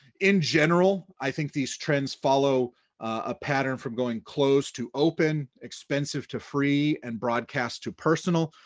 in general, i think these trends follow a pattern from going closed to open, expensive to free, and broadcast to personal.